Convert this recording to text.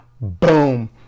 Boom